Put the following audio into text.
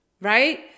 right